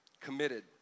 Committed